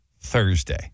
Thursday